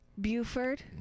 Buford